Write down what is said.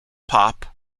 pop